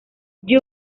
jung